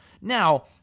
Now